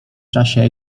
czasie